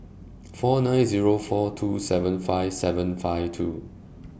four nine Zero four two seven five seven five two